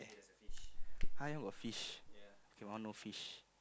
got fish k my one no fish